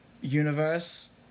universe